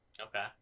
okay